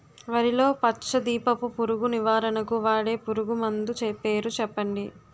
వరిలో పచ్చ దీపపు పురుగు నివారణకు వాడే పురుగుమందు పేరు చెప్పండి?